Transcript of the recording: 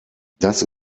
das